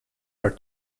are